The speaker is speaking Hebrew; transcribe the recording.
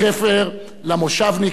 למושבניקים ולחקלאים.